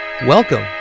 Welcome